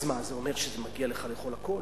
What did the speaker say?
אז מה, זה אומר שמגיע לך לאכול הכול?